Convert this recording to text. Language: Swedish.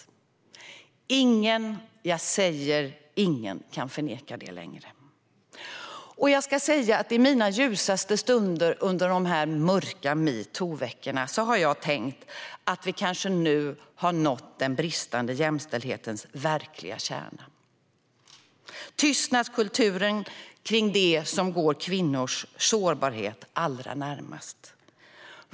Ingen - jag säger ingen - kan förneka det längre. Jag ska säga att i mina ljusaste stunder under de här mörka metoo-veckorna har jag tänkt att vi kanske nu har nått den bristande jämställdhetens verkliga kärna - tystnadskulturen kring det som går kvinnors sårbarhet allra närmast.